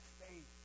faith